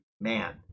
man